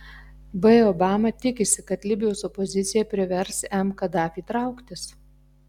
b obama tikisi kad libijos opozicija privers m kadafį trauktis